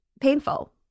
painful